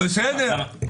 בסדר,